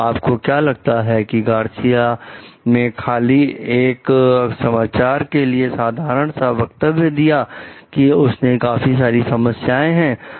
तो आपको क्या लगता है कि गार्सिया मैं खाली एक समाचार के लिए साधारण सा वक्तव्य दिया कि उसमें काफी सारी समस्याएं हैं